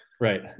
right